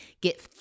Get